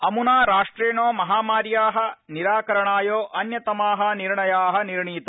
अम्ना राष्ट्रेन महामार्या निराकरणाय अन्यतमा निर्णया निर्णीता